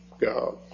God